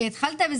התחלת טוב,